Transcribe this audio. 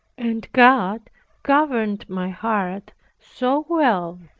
and god governed my heart so well,